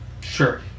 Sure